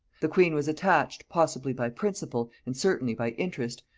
the queen was attached, possibly by principle, and certainly by interest,